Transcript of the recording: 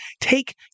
take